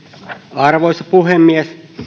arvoisa puhemies